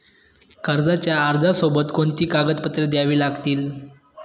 कर्जाच्या अर्जासोबत कोणती कागदपत्रे द्यावी लागतील?